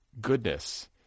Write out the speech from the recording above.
goodness